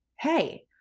hey